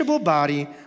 body